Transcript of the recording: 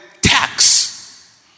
tax